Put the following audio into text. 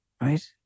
Right